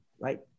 right